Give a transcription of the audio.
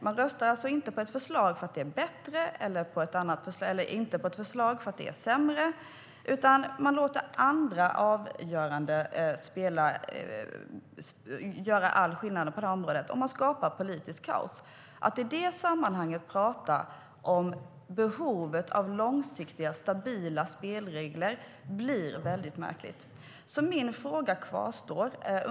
De röstar alltså inte på ett förslag för att det är bättre eller låter bli att rösta på ett förslag för att det är sämre, utan man låter andra avgöranden göra all skillnad på detta område och skapar politiskt kaos. Min fråga kvarstår alltså.